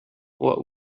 what